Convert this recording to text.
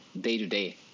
day-to-day